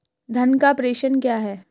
धन का प्रेषण क्या है?